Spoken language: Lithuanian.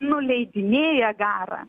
nuleidinėja garą